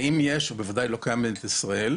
ואם יש הוא בוודאי לא קיים במדינת ישראל.